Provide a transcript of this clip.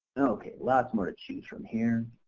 okay lots more to choose from here.